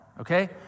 okay